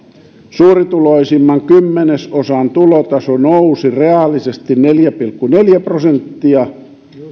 suurituloisimman kymmenesosan tulotaso nousi reaalisesti neljä pilkku neljä prosenttia